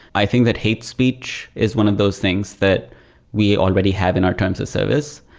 i think that hate speech is one of those things that we already have in our terms of service,